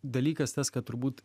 dalykas tas kad turbūt